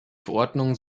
verordnung